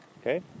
okay